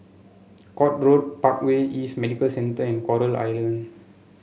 Court Road Parkway East Medical Centre and Coral Island